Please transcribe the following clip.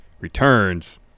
returns